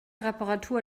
reparatur